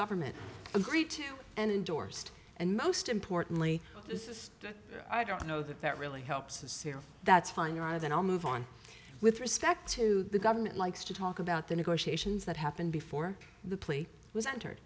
government agreed to and endorsed and most importantly this is i don't know that that really helps us here that's fine your honor then i'll move on with respect to the government likes to talk about the negotiations that happened before the plea was entered